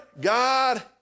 God